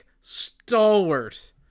stalwart